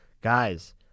guys